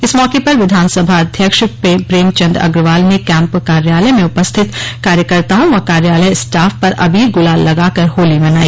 इस मौके पर विधानसभा अध्यक्ष प्रेमचन्द अग्रवाल ने कैम्प कार्यालय में उपस्थित कार्यकर्ताओं व कार्यालय स्टाफ पर अबीर गुलाल लगाकर होली मनाई